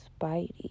Spidey